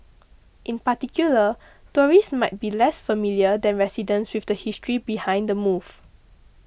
in particular tourists might be less familiar than residents with the history behind the move